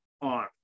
on